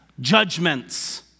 judgments